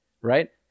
Right